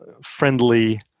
friendly